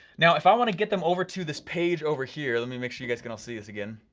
now, if i want to get them over to this page over here, let me make sure you guys can all see this again,